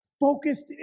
focused